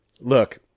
look